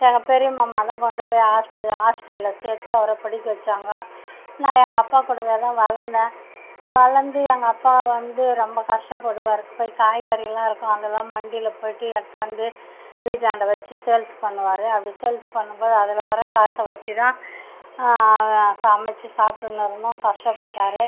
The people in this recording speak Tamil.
எங்கள் பெரிய மாமா தான் கொண்டு போய் ஹாஸ்டல் ஹாஸ்டலில் சேர்த்து அவரை படிக்க வைச்சாங்க நான் எங்கள் அப்பா கூடவே தான் வளர்ந்தேன் வளர்ந்து எங்கள் அப்பா வந்து ரொம்ப கஷ்டப்படுவார் போய் காய்கறியெலாம் இருக்கும் அதில் மண்டியில் போய்விட்டு எடுத்தார்ந்து வீட்டாண்டை வச்சு சேல்ஸ் பண்ணுவார் அப்படி சேல்ஸ் பண்ணும் போது அதில் வர காசை வச்சு தான் சமைச்சி சாப்பிடுன்னு இருந்தோம் கஷ்டப்பட்டார்